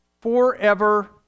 forever